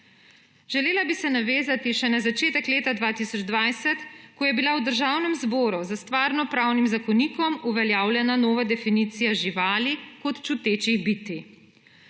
Želela bi se navezati še na začetek leta 2020, ko je bila v Državnem zboru s Stvarnopravnim zakonikom uveljavljena nova definicija živali kot čutečih bitij.